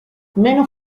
meno